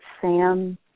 Sam